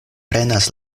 prenas